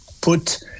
put